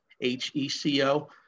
H-E-C-O